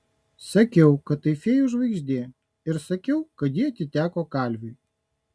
sakiau kad tai fėjų žvaigždė ir sakiau kad ji atiteko kalviui